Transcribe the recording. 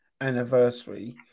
anniversary